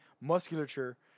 musculature